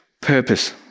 purpose